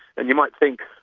and you might think